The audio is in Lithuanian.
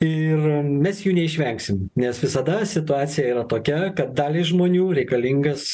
ir mes jų neišvengsim nes visada situacija yra tokia kad daliai žmonių reikalingas